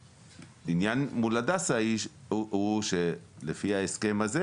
העניין מול הדסה הוא שלפי ההסכם הזה,